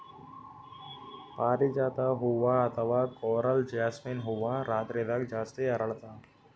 ಪಾರಿಜಾತ ಹೂವಾ ಅಥವಾ ಕೊರಲ್ ಜಾಸ್ಮಿನ್ ಹೂವಾ ರಾತ್ರಿದಾಗ್ ಜಾಸ್ತಿ ಅರಳ್ತಾವ